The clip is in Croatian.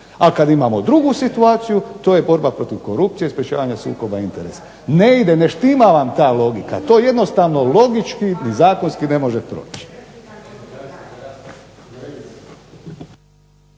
A kada imamo drugu situaciju, to je borba protiv korupcije i sprečavanja sukoba interesa. Ne ide vam, ne štima ta logika. To jednostavno zakonski i logički ne može proći.